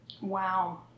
Wow